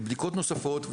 בדיקות נוספות,